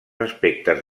aspectes